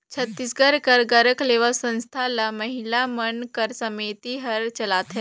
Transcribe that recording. छत्तीसगढ़ कर गढ़कलेवा संस्था ल महिला मन कर समिति हर चलाथे